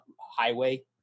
highway